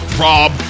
Rob